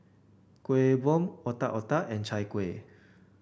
Kueh Bom Otak Otak and Chai Kueh